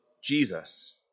Jesus